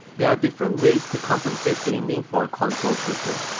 there are different ways to compensate aiming for a console shooter.